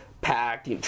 packed